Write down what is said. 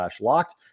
locked